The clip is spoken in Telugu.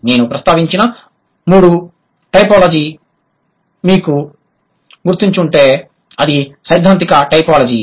నేను ప్రస్తావించిన మూడవ టైపోలాజీ మీకు గుర్తుంటే అది సైద్ధాంతిక టైపోలాజీ